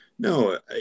No